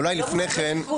אולי לפני כן,